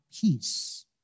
peace